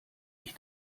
ich